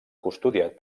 custodiat